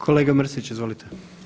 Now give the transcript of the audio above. Kolega Mrsić, izvolite.